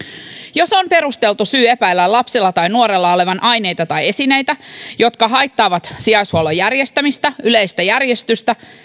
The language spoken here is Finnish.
jos on perusteltu syy epäillä lapsella tai nuorella olevan aineita tai esineitä jotka haittaavat sijaishuollon järjestämistä tai yleistä järjestystä